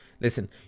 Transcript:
listen